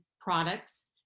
products